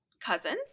cousins